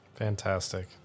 Fantastic